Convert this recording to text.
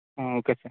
okay sir